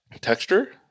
Texture